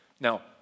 Now